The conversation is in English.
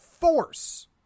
force